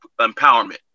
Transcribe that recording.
empowerment